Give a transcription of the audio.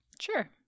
sure